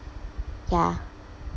ya